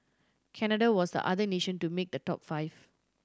Canada was the other nation to make the top five